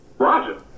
Roger